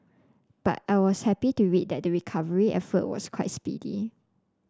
but I was happy to read that the recovery effort was quite speedy